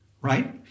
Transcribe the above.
right